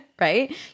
right